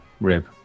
Rib